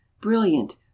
Brilliant